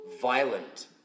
violent